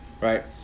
Right